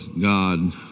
God